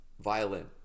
violin